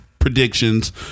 predictions